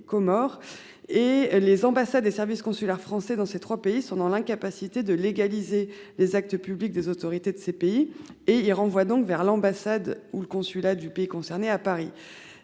et les ambassades et services consulaires français dans ces 3 pays sont dans l'incapacité de légaliser les actes publics des autorités de ces pays et ils les renvoient donc vers l'ambassade ou le consulat du pays concerné à Paris